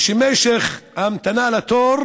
ושמשך ההמתנה לתור